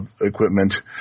equipment